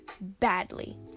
badly